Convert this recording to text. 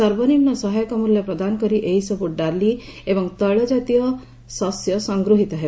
ସର୍ବନିମ୍ବ ସହାୟକ ମୂଲ୍ୟ ପ୍ରଦାନ କରି ଏହିସବୁ ଡାଲି ଏବଂ ତୈଳ କାତୀୟ ଶସ୍ୟ ସଂଗୃହୀତ ହେବ